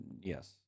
yes